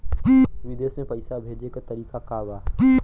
विदेश में पैसा भेजे के तरीका का बा?